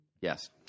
Yes